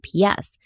GPS